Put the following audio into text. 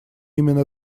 именно